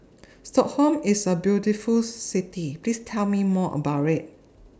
Stockholm IS A very beautiful City Please Tell Me More about IT